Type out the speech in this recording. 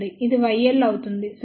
ఇది YL అవుతుంది సరే